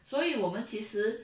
所以我们其实